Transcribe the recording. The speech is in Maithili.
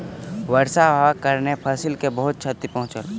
वर्षा अभावक कारणेँ फसिल के बहुत क्षति पहुँचल